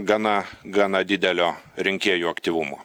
gana gana didelio rinkėjų aktyvumo